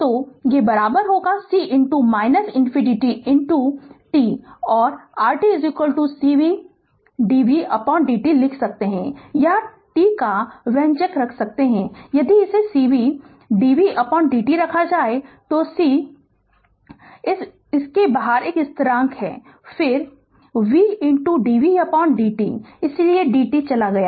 तो c infinity t और r t cv dvdt लिख सकते हैं यहाँ t का व्यंजक रख सकते हैं यदि इसे cv dvdt रखा जाए c इस ∫ के बाहर एक स्थिरांक है और फिर v dvdt इसलिए dt चला गया